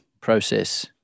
process